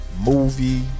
movie